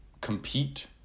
compete